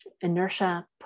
inertia